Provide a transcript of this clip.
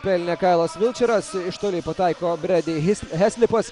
pelnė kailas vilčeras iš toli pataiko bredi his heslipas